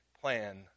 plan